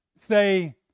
say